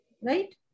Right